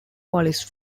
police